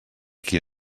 quin